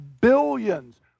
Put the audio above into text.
billions